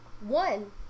one